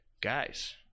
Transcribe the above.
Guys